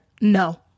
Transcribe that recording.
No